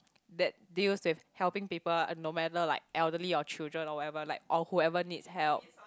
that deals with helping people ah no matter like elderly or children or whatever like or whoever needs help